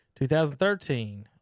2013